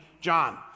John